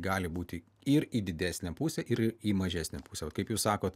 gali būti ir į didesnę pusę ir į mažesnę pusę vat kaip jūs sakot